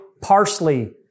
parsley